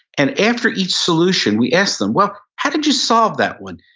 and after each solution we ask them, well, how did you solve that one?